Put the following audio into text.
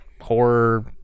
horror